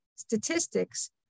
Statistics